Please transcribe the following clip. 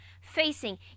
facing